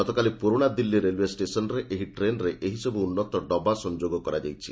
ଗତକାଲି ପୁରୁଣାଦିଲ୍ଲୀ ରେଲୱେ ଷ୍ଟେସନ୍ରେ ଏହି ଟ୍ରେନ୍ରେ ଏହିସବୁ ଉନ୍ନତ ଡବା ସଂଯୋଗ କରାଯାଇଛି